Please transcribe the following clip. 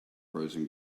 frozen